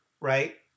right